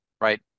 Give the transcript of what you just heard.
right